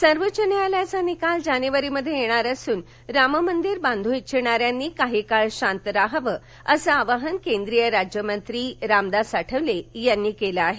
आठवले सर्वोच्च न्यायालयाचा निकाल जानेवारीमध्ये येणार असून राममंदिर बांधू इच्छिणाऱ्यांनी काही काळ शांत रहावे असं आवाहन केंद्रीय राज्यमंत्री रामदास आठवले यांनी दिला आहे